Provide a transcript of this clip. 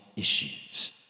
issues